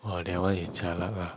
!wah! that one is jialat lah